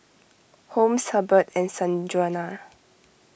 Holmes Herbert and Sanjuana